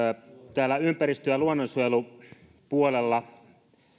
täällä ympäristö ja luonnonsuojelupuolella